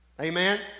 Amen